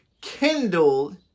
kindled